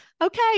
Okay